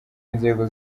inzego